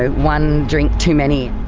one drink too many.